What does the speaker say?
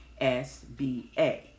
SBA